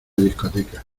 discoteca